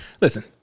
listen